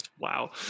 wow